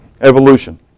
Evolution